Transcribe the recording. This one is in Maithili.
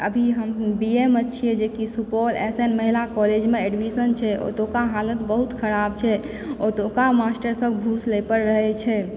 अभी हम बी ए मे छिऐ जेकि सुपौल एस एन महिला कॉलेजमे एडमिशन छै ओतुका हालत बहुत खराब छै ओतुका मास्टर सब घूस लए पर रहए छै